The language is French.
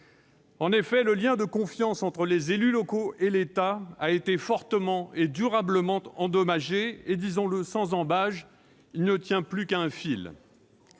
En effet, le lien de confiance entre les élus locaux et l'État a été fortement et durablement endommagé. Disons-le sans ambages, il ne tient plus qu'à un fil.